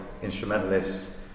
Instrumentalists